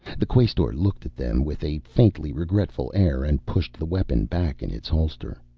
the quaestor looked at them with a faintly regretful air and pushed the weapon back in its holster.